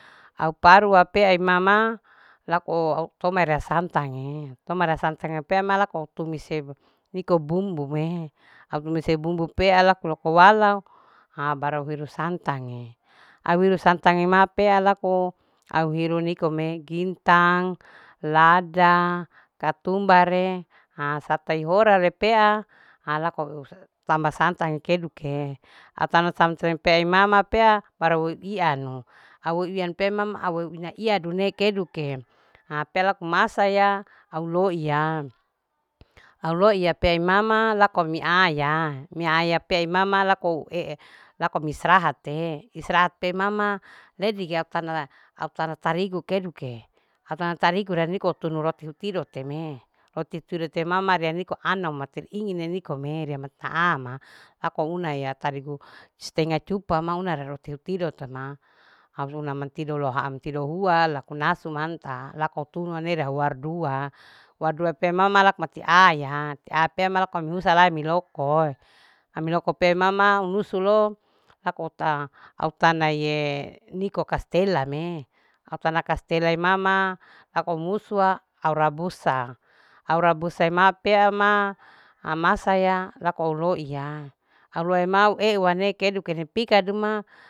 Au parua pea imama lako au toma marea santange toma marea santange malako tumise iko bumbume au timise bumbu pea laku loko walae ha baru au hiru santage au wiru santage ma pea lako au hiru nikome gintang. lada katumbare ha sata ihora lepea alako tamba santang keduke atano pea imama pea baru ianu au iyan pe mama auina iyadu ne ikeduke ha pea laku masaya au loiya. au loiya pe imama laku ami ayaa, ami aya pe imama laku uoee lakomi istirahat te. istirahat pe imama ledi ga au tan raniko tana au tarigu keduke. au tana tarigu raniko tunu roti tido tenee au titido pe mama ria niko ana titido ine nikome eia mata amaa ako una ya tarigu stenga cupa ma una rara rati tido tema au na mantido loha amantido lohuaa ohua lakunasu manta lako tunu nerahu war dua war duaa pe mama lak mati ayaa au pe musa amiloko amiloko pe mama unusu lo akota au tana ye niko kastela me autana kastela imama ako musua au rabusa au rabusa ema pea ma amasaya lako loiya au loi mau eu sekedu pikadu ma